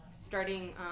starting